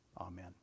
Amen